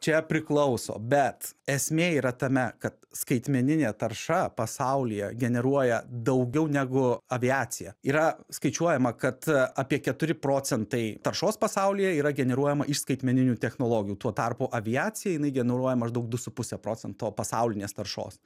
čia priklauso bet esmė yra tame kad skaitmeninė tarša pasaulyje generuoja daugiau negu aviacija yra skaičiuojama kad a apie keturi procentai taršos pasaulyje yra generuojama iš skaitmeninių technologijų tuo tarpu aviacija jinai generuoja maždaug du su puse procento pasaulinės taršos